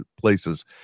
places